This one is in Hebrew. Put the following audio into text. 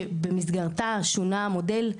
שבמסגרתה שונה המודל,